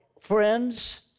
friends